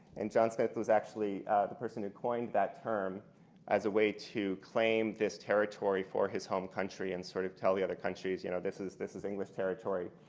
and john smith was the person who coined that term as a way to claim this territory for his home country and sort of tell the other countries, you know, this is this is english territory.